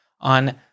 On